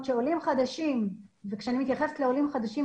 שעולים חדשים וכשאני מתייחסת לעולים חדשים,